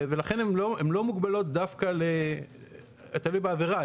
זה תלוי בעבירה.